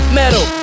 metal